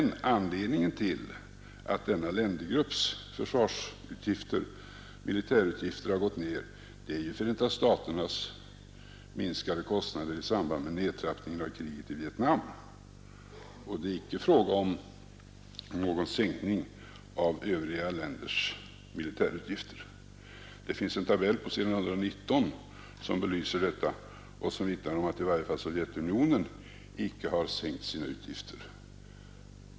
Och anledningen till att denna ländergrupps militärutgifter har gått ned är Förenta staternas minskade kostnader i samband med nedtrappningen av kriget i Vietnam. Det är inte fråga om någon sänkning av Övriga länders militärutgifter. Det finns en tabell på s. 119 som belyser detta och som vittnar om att i varje fall Sovjetunionen inte har sänkt sina militärutgifter.